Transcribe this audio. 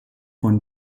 von